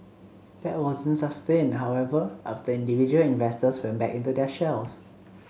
that wasn't sustained however after individual investors went back into their shells